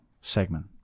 segment